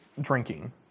drinking